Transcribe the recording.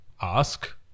ask